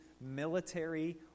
military